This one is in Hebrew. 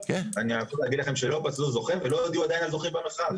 אני אגיד לכם שלא פסלו זוכה ולא הודיעו עדיין על זוכה במכרז.